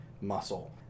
muscle